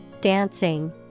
dancing